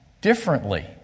differently